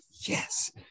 Yes